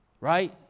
Right